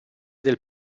del